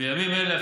בימים אלה,